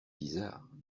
bizarre